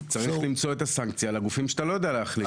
אז צריך למצוא את הסנקציה לגופים שאתה לא יודע להחליט.